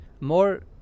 more